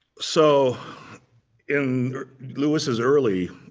so in louis's early